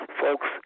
Folks